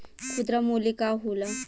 खुदरा मूल्य का होला?